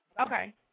Okay